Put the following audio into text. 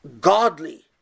godly